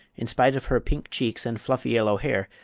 in spite of her pink cheeks and fluffy yellow hair,